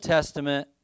Testament